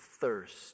thirst